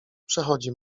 przechodzi